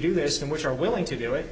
do this and which are willing to do it